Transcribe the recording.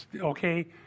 okay